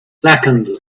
blackened